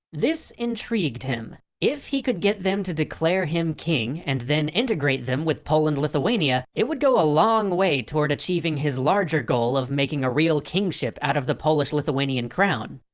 this intrigued him. if he could get them to declare him king and then integrate them with poland-lithuania, it would go a long way toward achieving his larger goal of making a real kingship out of the polish-lithuanian crown.